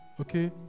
Okay